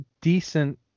decent